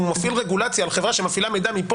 אם הוא מפעיל רגולציה על חברה שמפעילה מידע מפה